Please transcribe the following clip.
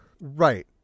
Right